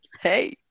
Hey